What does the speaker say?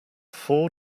four